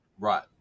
Right